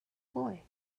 boy